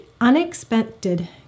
unexpected